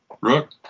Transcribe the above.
Rook